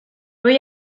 voy